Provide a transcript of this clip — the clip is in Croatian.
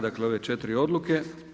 Dakle, ove četiri odluke.